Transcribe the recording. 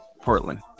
Portland